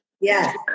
Yes